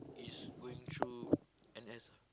is going through N_S ah